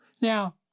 now